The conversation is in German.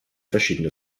verschiedene